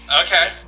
Okay